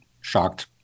shocked